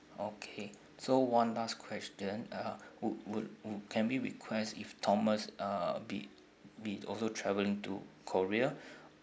okay so one last question uh would would would can we request if thomas uh be be also traveling to korea